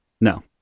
No